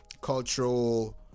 cultural